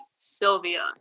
Sylvia